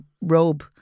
robe